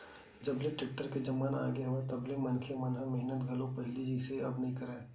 जब ले टेक्टर के जमाना आगे हवय तब ले मनखे मन ह मेहनत घलो पहिली जइसे अब नइ करय